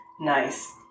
Nice